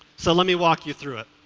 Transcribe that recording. so let me walk you through it.